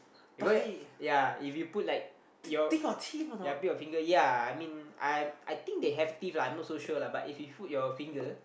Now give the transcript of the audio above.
if you go ya if you put like your ya bit your finger ya I mean I I think they have teeth lah I not so sure lah but if you put your finger